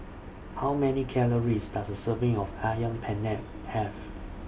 How Many Calories Does A Serving of Ayam Penyet Have